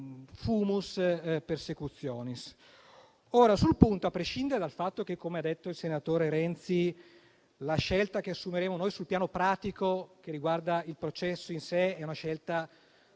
*fumus persecutionis*. Ora sul punto, a prescindere dal fatto che - come ha detto il senatore Renzi - la scelta che assumeremo noi sul piano pratico, che riguarda il processo in sé, è irrilevante,